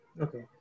Okay